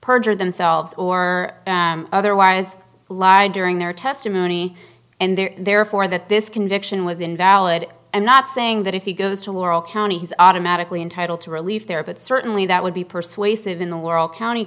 perjured themselves or otherwise lied during their testimony and therefore that this conviction was invalid and not saying that if he goes to laurel county he's automatically entitled to relief there but certainly that would be persuasive in the world county